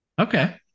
okay